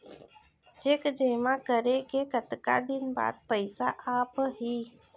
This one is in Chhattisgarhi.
चेक जेमा करें के कतका दिन बाद पइसा आप ही?